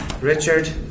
Richard